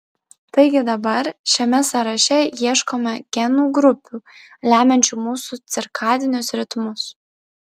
taigi dabar šiame sąraše ieškome genų grupių lemiančių mūsų cirkadinius ritmus